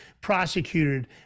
prosecuted